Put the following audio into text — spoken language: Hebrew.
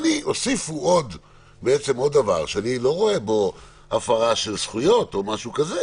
הוסיפו בעצם עוד דבר - שאני לא רואה בו הפרה של זכויות או משהו כזה